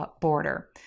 border